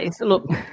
Look